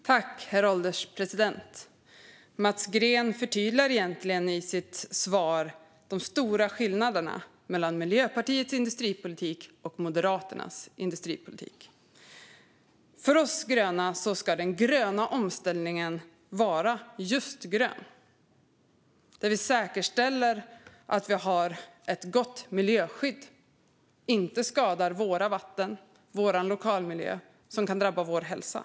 Herr ålderspresident! Mats Green förtydligar egentligen i sitt svar de stora skillnaderna mellan Miljöpartiets industripolitik och Moderaternas industripolitik. För oss gröna ska den gröna omställningen vara just grön. Vi ska säkerställa att vi har ett gott miljöskydd i omställningen och att den inte skadar våra vatten och vår lokalmiljö, som kan drabba vår hälsa.